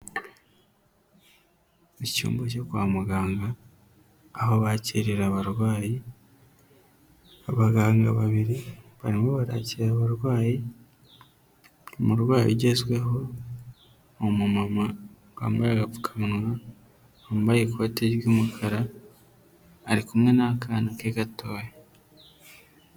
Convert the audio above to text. Icyumba cyo kwa muganga aho bakirira abarwayi, abaganga babiri barimo barakira abarwayi umurwayi ugezweho ni umumama wambaye apfukawa, wambaye ikoti ry'umukara ari kumwe n'akana ke gatoya.